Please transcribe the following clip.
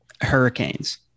Hurricanes